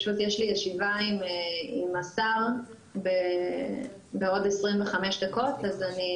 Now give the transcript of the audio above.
פשוט יש לי ישיבה עם השר בעוד 25 דקות אז אני